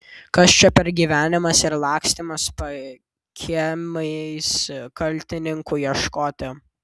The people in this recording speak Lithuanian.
kas čia per gyvenimas ir lakstymas pakiemiais kaltininkų ieškoti